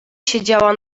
siedziała